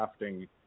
crafting